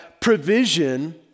provision